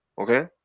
okay